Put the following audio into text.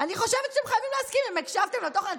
אני חושבת שאתם חייבים להסכים, אם הקשבתם לתוכן.